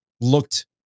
looked